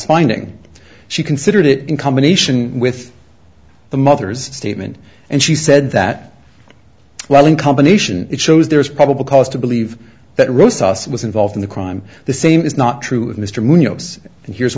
finding she considered it in combination with the mother's statement and she said that well in combination it shows there is probable cause to believe that ross us was involved in the crime the same is not true